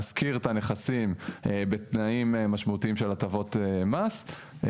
להשכיר את הנכסים בתנאים משמעותיים של הטבות מס.